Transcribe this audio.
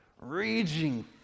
raging